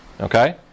Okay